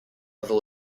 other